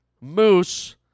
moose